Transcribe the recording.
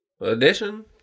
edition